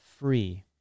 free